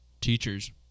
teachers